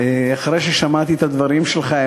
אחרי ששמעתי את הדברים שלך,